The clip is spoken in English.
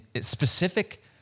specific